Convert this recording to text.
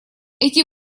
эти